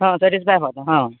ହଁ ହଁ